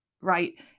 right